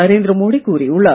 நரேந்திர மோடி கூறியுள்ளார்